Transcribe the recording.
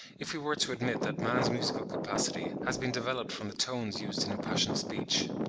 if we were to admit that man's musical capacity has been developed from the tones used in impassioned speech.